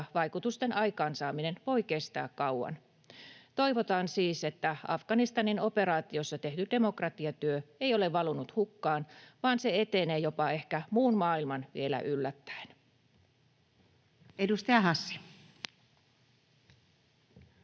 -vaikutusten aikaansaaminen voivat kestää kauan. Toivotaan siis, että Afganistanin operaatiossa tehty demokratiatyö ei ole valunut hukkaan vaan etenee jopa ehkä muun maailman vielä yllättäen. [Speech 107]